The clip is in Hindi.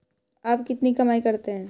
आप कितनी कमाई करते हैं?